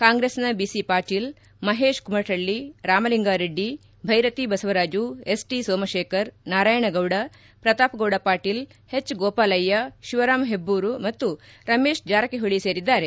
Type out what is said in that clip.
ಕಾಂಗ್ರೆಸ್ನ I C Patil Mahesh Kumatalli Ramalinga Reddy Bhairathi Basavaraju S T Somashekar Narayana Gowda Prathap Gowda Patil H Gopalaiah Shivaram Hebbar ಮತ್ತು ರಮೇಶ್ ಜಾರಕಿಹೊಳಿ ಸೇರಿದ್ದಾರೆ